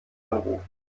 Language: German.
anrufen